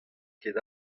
ket